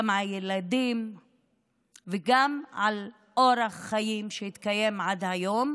גם על הילדים וגם על אורח החיים שהתקיים עד היום.